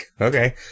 Okay